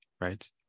right